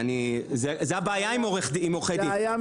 זאת הבעיה עם עורכי דין,